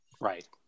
right